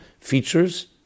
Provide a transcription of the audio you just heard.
features